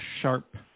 sharp